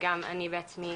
וגם אני בעצמי,